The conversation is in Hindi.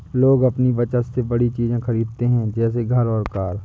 लोग अपनी बचत से बड़ी चीज़े खरीदते है जैसे घर और कार